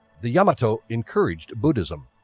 the yamato encouraged buddhism,